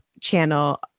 channel